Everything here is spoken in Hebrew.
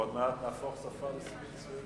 עוד מעט נהפוך שפה רוסית,